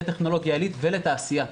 לטכנולוגיה עלית ולתעשייה.